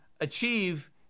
achieve